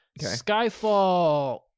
Skyfall